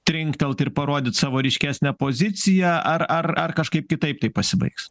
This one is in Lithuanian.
trinktelt ir parodyt savo ryškesnę poziciją ar ar ar kažkaip kitaip tai pasibaigs